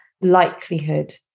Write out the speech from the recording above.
likelihood